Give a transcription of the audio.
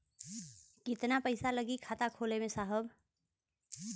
कितना पइसा लागि खाता खोले में साहब?